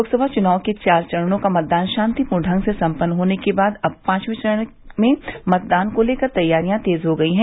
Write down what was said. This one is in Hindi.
लोकसभा चुनाव के चार चरणों का मतदान शांतिपूर्ण ढंग से सम्पन्न होने के बाद अब पांचवें चरण में मतदान को लेकर तैयारियां तेज़ हो गई है